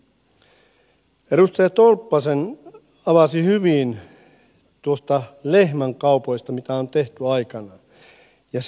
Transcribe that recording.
edustaja tolppanen avasi hyvin noita lehmänkauppoja mitä on tehty aikanaan